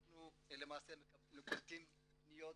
אנחנו למעשה קולטים פניות,